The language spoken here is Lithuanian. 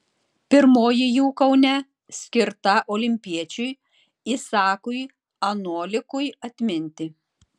pirmoji jų kaune skirta olimpiečiui isakui anolikui atminti